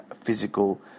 physical